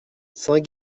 saint